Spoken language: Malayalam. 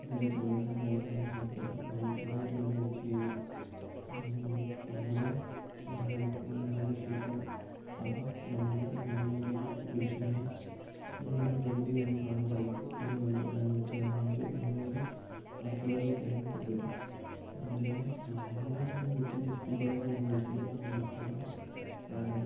അതൊരു തണൽ മരമായി മാറാൻ സാധിക്കാനും ഇന്നൊരു മരം വെച്ചു കഴിഞ്ഞാൽ നമ്മുടെ നമ്മുടെ മരണത്തിന് മരണശേഷമോ അവ നമ്മുടെ നമ്മളുടെയൊരു പ്രതിപുരുഷനായി നമ്മുടെ പ്രകൃതിയിൽ നമുക്ക് കാണാൻ സാധിക്കും ഇത് നമ്മൾ ഞാൻ വെച്ച മരമാണല്ലോ എന്നു കരുതി ബാക്കിയുള്ളവർക്ക് പറയാൻ പറ്റുമല്ലോ അതുപോലെതന്നെ മരങ്ങളെ ചുമ്മാ വെട്ടി നശിപ്പിക്കുന്നതിന് നമ്മളൊരിക്കലും പ്രോത്സാഹിപ്പിക്കാൻ പാടില്ല കാരണം